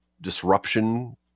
disruption